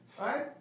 right